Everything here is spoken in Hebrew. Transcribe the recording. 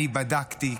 אני בדקתי.